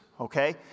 okay